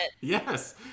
Yes